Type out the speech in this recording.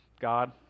God